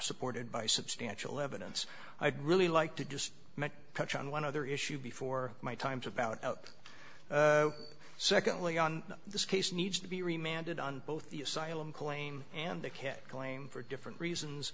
supported by substantial evidence i'd really like to just touch on one other issue before my time's about secondly on this case needs to be reminded on both the asylum claim and they can't claim for different reasons